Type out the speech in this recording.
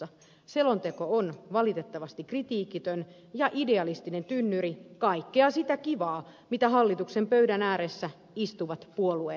selonteko on valitettavasti kritiikitön ja idealistinen tynnyri kaikkea sitä kivaa mitä hallituksen pöydän ääressä istuvat puolueet ajavat